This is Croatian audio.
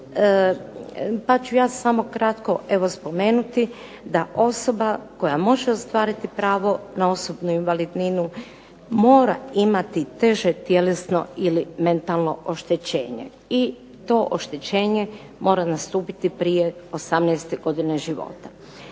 pa ću ja samo kratko evo spomenuti da osoba koja može ostvariti pravo na osobnu invalidninu mora imati teže tjelesno ili mentalno oštećenje i to oštećenje mora nastupiti prije 18. godine života.